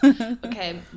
okay